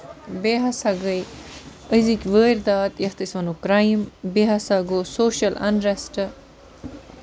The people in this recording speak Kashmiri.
بیٚیہِ ہسا گٔے أزِکۍ وٲرۍدات یَتھ أسۍ وَنو کرٛایِم بیٚیہِ ہسا گوٚو سوشَل اَن ریسٹہٕ